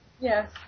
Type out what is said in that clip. Yes